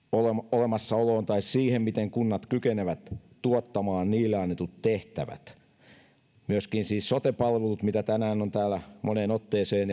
olemassaoloon tai siihen miten kunnat kykenevät tuottamaan niille annetut tehtävät myöskin siis sote palvelut ja hoitajamitoitus joista tänään on täällä moneen otteeseen